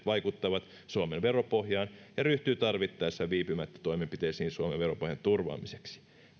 vaikuttavat suomen veropohjaan ja ryhtyy tarvittaessa viipymättä toimenpiteisiin suomen veropohjan turvaamiseksi